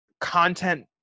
content